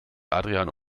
adrian